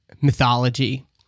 mythology